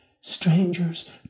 strangers